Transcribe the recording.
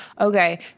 Okay